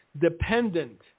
dependent